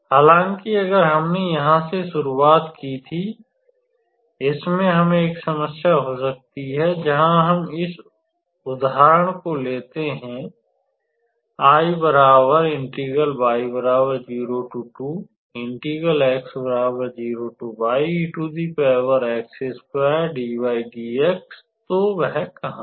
हालाँकि अगर हमने यहाँ से शुरुआत की थी इसमें हमें एक समस्या हो सकती है जहां हम इस उदाहरण को लेते हैं तो वह कहां है